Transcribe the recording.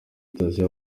station